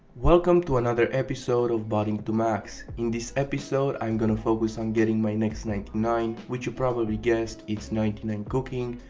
welcome to another episode of botting to max. in this episode im um gonna focus on getting my next ninety nine which you probably guessed, its ninety nine cooking,